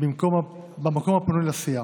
במקום הפנוי לסיעה,